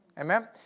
Amen